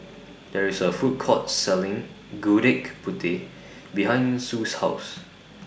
There IS A Food Court Selling Gudeg Putih behind Sue's House